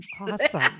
Awesome